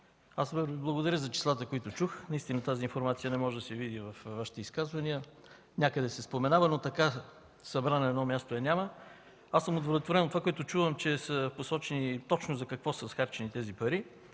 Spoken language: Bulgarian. колеги! Благодаря за числата, които чух. Наистина тази информация не може да се види от Вашите изказвания. Някъде се споменава, но така – събрана на едно място, я няма. Удовлетворен съм от това, което чувам, че е посочено точно за какво са похарчени тези пари.